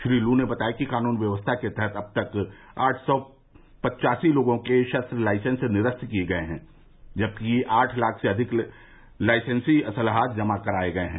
श्री लू ने बताया कि कानून व्यवस्था के तहत अब तक आठ सौ पच्चासी लोगों के शस्त्र लाइसेंस निरस्त कर दिये गये हैं जबकि आठ लाख से अधिक लाइसेंसी असलहा जमा करा लिये गये हैं